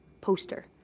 poster